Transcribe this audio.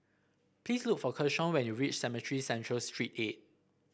please look for Keshawn when you reach Cemetry Central Street eight